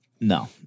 No